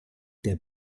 der